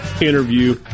interview